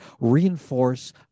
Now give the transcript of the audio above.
reinforce